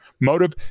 Motive